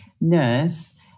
nurse